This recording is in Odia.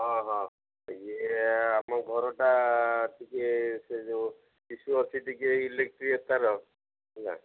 ହଁ ହଁ ଇଏ ଆମ ଘରଟା ଟିକେ ସେ ଯେଉଁ ଇସ୍ୟୁ ଅଛି ଟିକେ ଇଲେକ୍ଟ୍ରି ତାର ହେଲା